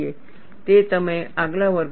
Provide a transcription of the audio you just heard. તે તમે આગલા વર્ગમાં જોશો